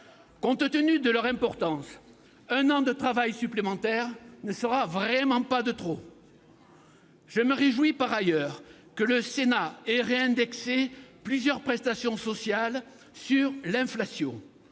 Compte tenu de leur importance, un an de travail supplémentaire ne sera vraiment pas de trop. Je me réjouis par ailleurs que le Sénat ait réindexé plusieurs prestations sociales sur l'inflation.